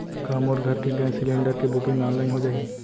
का मोर घर के गैस सिलेंडर के बुकिंग ऑनलाइन हो जाही?